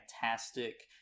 fantastic